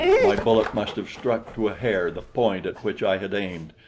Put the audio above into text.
my bullet must have struck to a hair the point at which i had aimed,